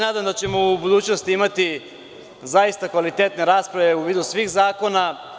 Nadam se da ćemo u budućnosti imati kvalitetne rasprave u vidu svih zakona.